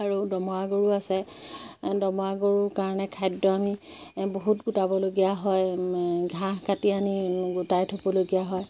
আৰু দমৰা গৰু আছে দমৰা গৰুৰ কাৰণে খাদ্য আমি বহুত গোটাবলগীয়া হয় ঘাঁহ কাটি আনি গোটাই থ'বলগীয়া হয়